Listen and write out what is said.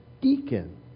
deacon